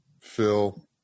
Phil